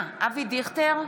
דיכטר,